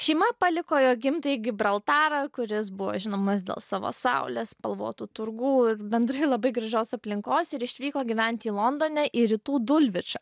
šeima paliko jo gimtąjį gibraltarą kuris buvo žinomas dėl savo saulės spalvotų turgų ir bendrai labai gražios aplinkos ir išvyko gyventi į londone į rytų dulvičą